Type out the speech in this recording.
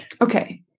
Okay